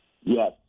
Yes